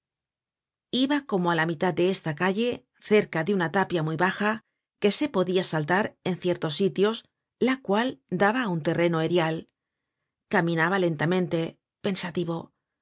iba como á la mitad de esta calle cerca de una tapia muy baja que se podia saltar en ciertos sitios la cual daba á un terreno erial caminaba lentamente pensativo